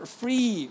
free